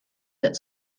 that